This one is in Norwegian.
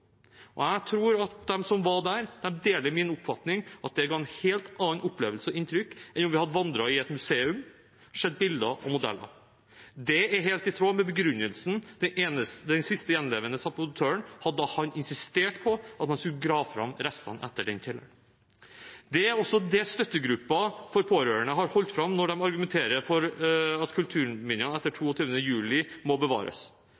Jeg tror at de som var der, deler min oppfatning om at det ga en helt annen opplevelse og et helt annet inntrykk enn om vi hadde vandret i et museum, sett bilder og modeller. Det er helt i tråd med begrunnelsen den siste gjenlevende sabotøren hadde, da han insisterte på at man skulle grave fram restene etter den kjelleren. Dette er også det støttegruppen for pårørende har holdt fram når de argumenterer for at kulturminnene etter 22. juli må bevares.